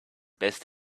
best